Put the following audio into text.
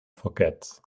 forgets